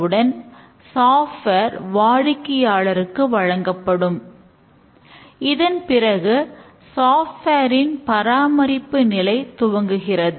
உருவாக்கப்பட்ட சாப்ட்வேர்ன் பராமரிப்பு நிலை துவங்குகிறது